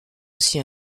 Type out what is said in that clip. aussi